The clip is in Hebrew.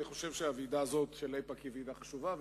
אני חושב שהוועידה הזאת של איפא"ק חשובה מאוד,